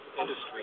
industry